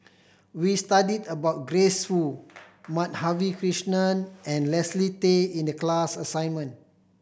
we studied about Grace Fu Madhavi Krishnan and Leslie Tay in the class assignment